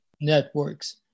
networks